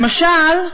למשל,